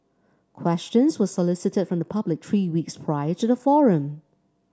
questions were solicited from the public three weeks prior to the forum